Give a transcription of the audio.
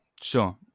sure